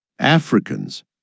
Africans